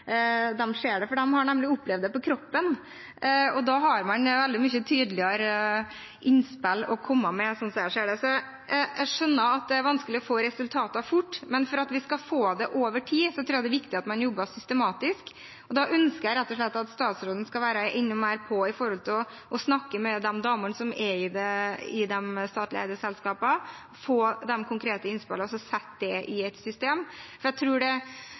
nemlig opplevd det på kroppen, og da har man mye tydeligere innspill å komme med, sånn som jeg ser det. Jeg skjønner at det er vanskelig å få resultater fort, men for at vi skal få det over tid, tror jeg det er viktig at man jobber systematisk, og da ønsker jeg rett og slett at statsråden skal være enda mer på når det gjelder å snakke med de damene som er i de statlig eide selskapene, få de konkrete innspillene og så sette det i et system. Det er ikke nok å ha ambisjoner, det